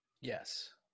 yes